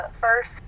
first